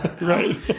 Right